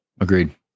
Agreed